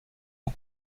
aux